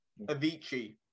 Avicii